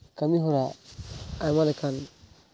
ᱠᱟᱹᱢᱤᱦᱚᱨᱟ ᱟᱭᱢᱟ ᱞᱮᱠᱟᱱ